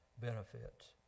benefits